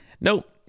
nope